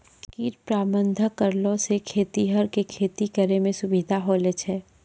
कीट प्रबंधक करलो से खेतीहर के खेती करै मे सुविधा होलो छै